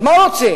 אז מה רוצים,